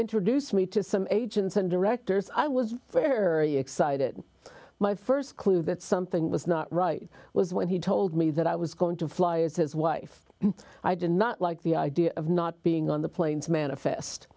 introduce me to some agents and directors i was very excited my st clue that something was not right was when he told me that i was going to fly as his wife and i did not like the idea of not being on the planes manifest